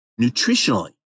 nutritionally